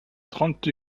trente